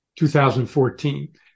2014